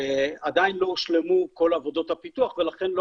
עדיין לא הושלמו כל עבודות הפיתוח ולכן לא